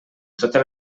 totes